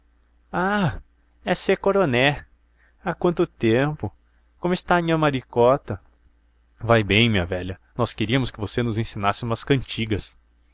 ah é sô coroné há quanto tempo como está nhã maricota vai bem minha velha nós queríamos que você nos ensinasse umas cantigas